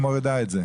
היא מורידה את זה.